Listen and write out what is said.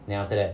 then after that